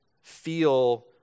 feel